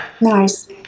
Nice